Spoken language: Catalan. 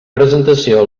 presentació